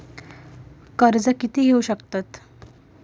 कर्ज कीती घेऊ शकतत?